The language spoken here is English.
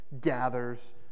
gathers